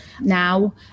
now